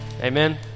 Amen